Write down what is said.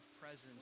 presence